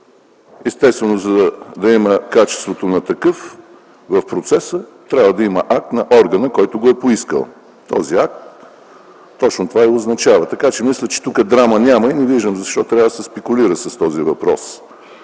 Естествено, за да има качеството на такъв в процеса, трябва да има акт на органа, който го е поискал. Този акт точно това и означава. Така че мисля, че тук няма драма и не виждам защо трябва да се спекулира с този въпрос.